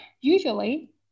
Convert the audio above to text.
Usually